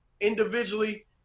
individually